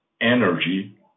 energy